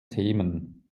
themen